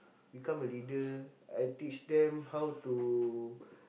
become a leader I teach them how to